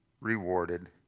rewarded